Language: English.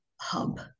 hub